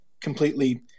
completely